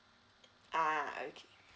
uh okay